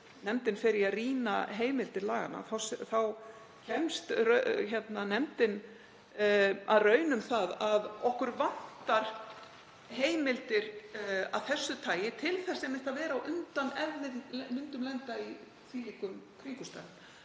hún fer að rýna heimildir laganna. Þá kemst nefndin að raun um það að okkur vantar heimildir af þessu tagi til þess einmitt að vera á undan ef við myndum lenda í þvílíkum kringumstæðum.